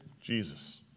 Jesus